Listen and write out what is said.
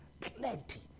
Plenty